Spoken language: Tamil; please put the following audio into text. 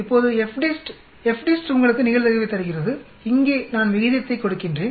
இப்போது FDIST FDIST உங்களுக்கு நிகழ்தகவைத் தருகிறது இங்கே நான் விகிதத்தை கொடுக்கின்றேன்